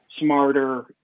smarter